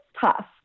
tough